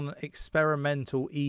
experimental